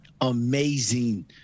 amazing